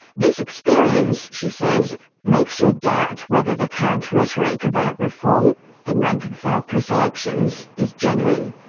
this experience, she says, makes her doubt whether the current rhetoric about reform and rank-and-file pre-selections is genuine.